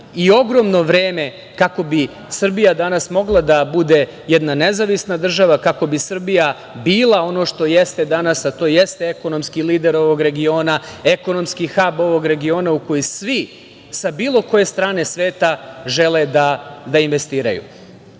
i ogromno vreme kako bi Srbija danas mogla da bude jedna nezavisna država, kako bi Srbija bila ono što jeste danas, a to jeste ekonomski lider ovog regiona, ekonomski hab ovog regiona u koji svi, sa bilo koje strane sveta, žele da investiraju. Kolega